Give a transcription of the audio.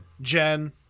Jen